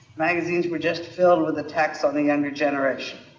magazines were just filled with attacks on the younger generation.